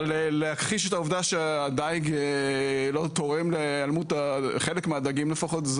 אבל להכחיש את העובדה שהדייג לא תורם להיעלמות חלק מהדגים לפחות,